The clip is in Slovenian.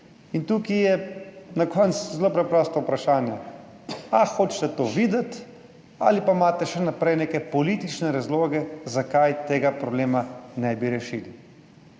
In tukaj je na koncu zelo preprosto vprašanje. Ali hočete to videti ali pa imate še naprej neke politične razloge, zakaj tega problema ne bi rešili?